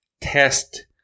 test